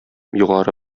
югары